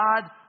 God